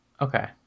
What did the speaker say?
okay